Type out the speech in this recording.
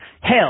Hell